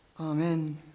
Amen